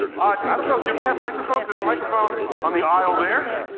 i don't know, do we have microphones? there's a microphone on the aisle there.